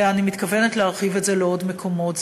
ואני מתכוונת להרחיב את זה לעוד מקומות.